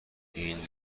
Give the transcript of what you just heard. این